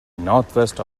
northwest